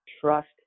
Trust